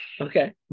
okay